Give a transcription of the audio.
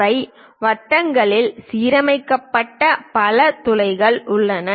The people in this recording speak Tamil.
அவை வட்டங்களில் சீரமைக்கப்பட்ட பல துளைகள் உள்ளன